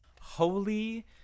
Holy